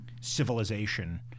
civilization